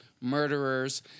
murderers